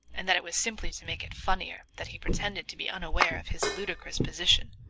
and that it was simply to make it funnier that he pretended to be unaware of his ludicrous position.